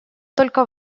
только